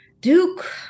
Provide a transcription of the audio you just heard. Duke